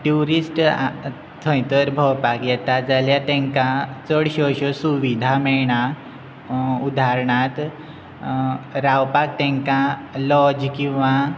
tourist थंय तर भोंवपाक येता जाल्यार तांकां चडश्यो अश्यो सुविधा मेळना उदाहरणांत रावपाक तांकां लॉज किंवां